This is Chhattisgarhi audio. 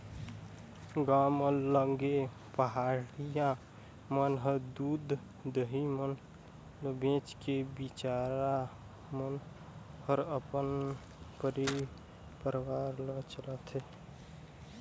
गांव म लगे पहाटिया मन ह दूद, दही मन ल बेच के बिचारा मन हर अपन परवार ल चलाथे